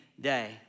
day